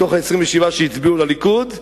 מתוך ה-27 שהצביעו לליכוד,